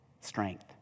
strength